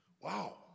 wow